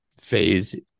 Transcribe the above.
phase